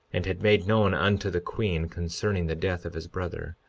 and had made known unto the queen concerning the death of his brother,